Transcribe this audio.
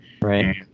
Right